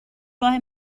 راه